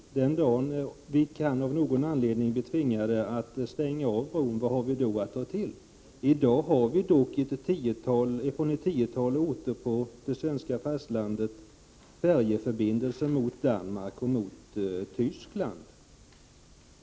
Vad händer den dag då vi av någon anledning tvingas stänga av bron? I dag har vi dock färjeförbindelser mellan ett tiotal orter på det svenska fastlandet och Danmark resp. Tyskland.